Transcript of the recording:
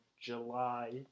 July